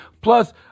Plus